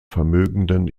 vermögenden